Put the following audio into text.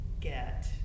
get